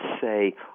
say